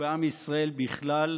ובעם ישראל בכלל,